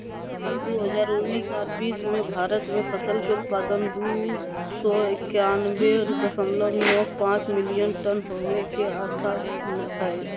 साल दू हजार उन्नीस आर बीस मे भारत मे फसल के उत्पादन दू सौ एकयानबे दशमलव नौ पांच मिलियन टन होवे के आशा हय